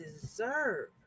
deserve